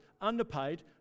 underpaid